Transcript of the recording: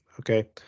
Okay